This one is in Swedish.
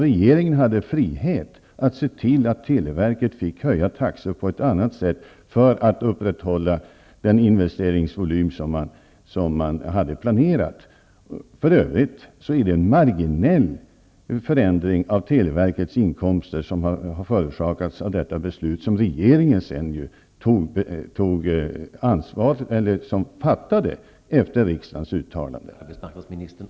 Regeringen hade frihet att se till att televerket fick höja taxorna på ett annat sätt för att kunna upprätthålla den planerade investeringsvolymen. För övrigt har detta beslut endast förorsakat en marginell förändring av televerkets inkomster. Beslutet fattades av regeringen efter ett uttalande av riksdagen.